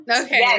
okay